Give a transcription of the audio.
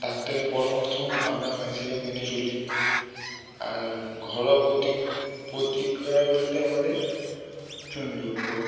ডাক্তারের পরামর্শ আমরা মাঝে সাঝে মেনে চলি আর ঘরোয়া পোতীক প্রতিকার বলতে আমাদের চুন দ্রব্য